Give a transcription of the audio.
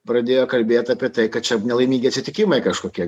pradėjo kalbėt apie tai kad čia nelaimingi atsitikimai kažkokie